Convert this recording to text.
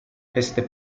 este